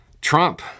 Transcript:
Trump